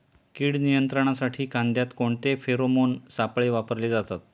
कीड नियंत्रणासाठी कांद्यात कोणते फेरोमोन सापळे वापरले जातात?